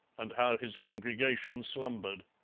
and how his congregation slumbered.